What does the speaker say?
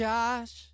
Josh